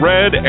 Red